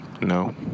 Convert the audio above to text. No